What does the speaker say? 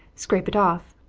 scrape it off.